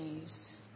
news